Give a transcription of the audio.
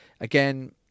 Again